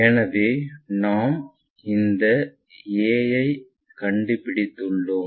எனவே நாம் இந்த a ஐ கண்டுபிடித்துள்ளோம்